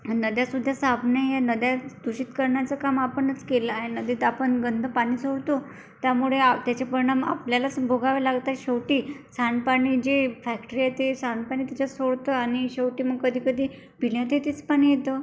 नद्यासुद्धा साफ नाहित नद्या दूषित करण्याचं काम आपणच केलं आहे नदीत आपण गंद पाणी सोडतो त्यामुळे आ त्याच्या परिणाम आपल्यालाच भोगावें लागतं शेवटी सांडपाणी जे फॅक्टरी ते सांडपाणी त्याच्यात सोडतं आणि शेवटी मग कधी कधी पिण्यात त्याचंच पाणी येतं